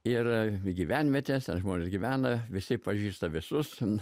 ir gyvenvietės ten žmonės gyvena visi pažįsta visus ten